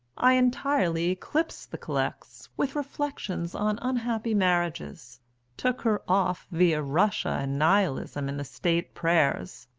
i entirely eclipsed the collects with reflections on unhappy marriages took her off via russia and nihilism in the state prayers,